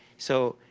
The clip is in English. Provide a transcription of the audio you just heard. so